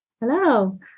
Hello